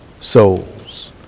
souls